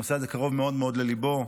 הנושא הזה קרוב מאוד מאוד לליבו,